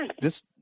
this-